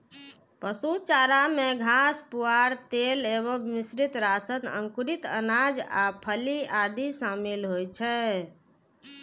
पशु चारा मे घास, पुआर, तेल एवं मिश्रित राशन, अंकुरित अनाज आ फली आदि शामिल होइ छै